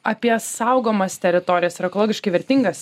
apie saugomas teritorijas ir ekologiškai vertingas